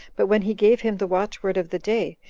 but when he gave him the watchword of the day,